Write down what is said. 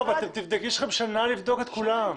יש לכם שנה לבדוק את כולם.